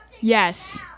Yes